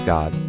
God